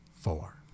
Four